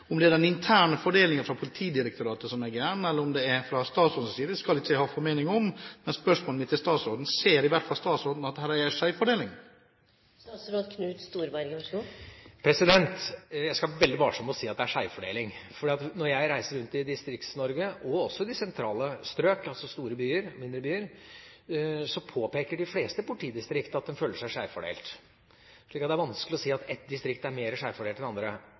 er den interne fordelingen fra Politidirektoratet som er gal, eller om det er noe galt fra statsrådens side, skal jeg ikke ha noen formening om, men spørsmålet mitt til statsråden er: Ser statsråden at det i hvert fall er en skjevfordeling her? Jeg skal være veldig varsom med å si at det er en skjevfordeling. Når jeg reiser rundt i Distrikts-Norge, og også i de sentrale strøk, altså i store byer og mindre byer, påpeker de fleste politidistriktene at de føler seg skjevfordelt. Så det er vanskelig å si at ett distrikt er mer skjevfordelt enn